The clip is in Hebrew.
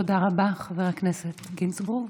תודה רבה, חבר הכנסת גינזבורג.